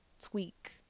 tweak